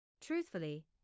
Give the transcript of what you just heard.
Truthfully